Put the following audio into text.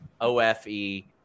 OFE